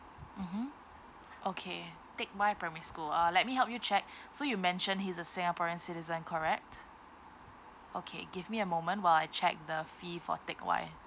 mmhmm okay teck whye primary school uh let me help you check so you mentioned he's a singaporean citizen correct okay give me a moment while I check the fee for teck whye